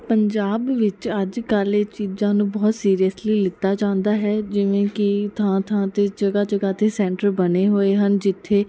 ਪੰਜਾਬ ਵਿੱਚ ਅੱਜ ਕੱਲ੍ਹ ਇਹ ਚੀਜ਼ਾਂ ਨੂੰ ਬਹੁਤ ਸੀਰੀਅਸਲੀ ਲਿੱਤਾ ਜਾਂਦਾ ਹੈ ਜਿਵੇਂ ਕਿ ਥਾਂ ਥਾਂ 'ਤੇ ਜਗ੍ਹਾ ਜਗ੍ਹਾ 'ਤੇ ਸੈਂਟਰ ਬਣੇ ਹੋਏ ਹਨ ਜਿੱਥੇ